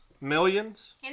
Millions